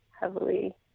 heavily